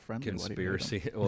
conspiracy